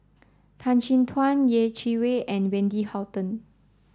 Tan Chin Tuan Yeh Chi Wei and Wendy Hutton